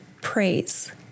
praise